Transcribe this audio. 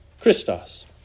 Christos